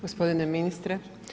Gospodine ministre.